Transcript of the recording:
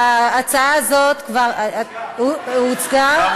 ההצעה זאת כבר הוצגה,